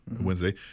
Wednesday